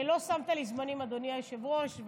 לא שמת לי זמנים, אדוני היושב-ראש.